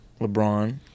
LeBron